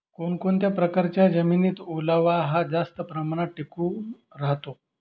कोणत्या प्रकारच्या जमिनीत ओलावा हा जास्त प्रमाणात टिकून राहतो?